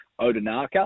Odinaka